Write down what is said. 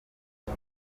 nta